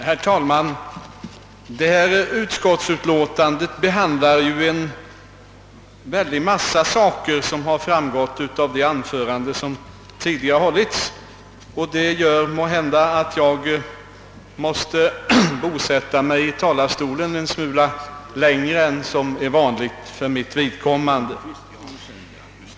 Herr talman! Detta utskottsutlåtande behandlar en mängd problem, såsom har framgått av de anföranden som tidigare här hållits. Det gör måhända att jag måste bosätta mig i talarstolen en smula längre än vad som är vanligt för mitt vidkommande.